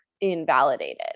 invalidated